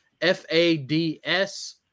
F-A-D-S